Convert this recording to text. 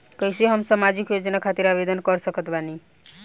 कैसे हम सामाजिक योजना खातिर आवेदन कर सकत बानी?